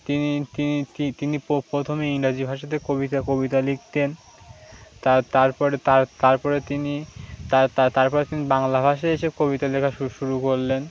তিনি প্রথমে ইংরাজি ভাষাতে কবিতা কবিতা লিখতেন তারপরে তার তারপরে তিনি তারপরে তিনি বাংলা ভাষায় এসে কবিতা লেখা শুরু শুরু করলেন